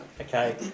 Okay